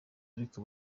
ariko